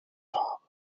farbe